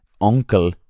uncle